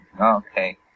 okay